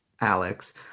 Alex